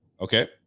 okay